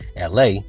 la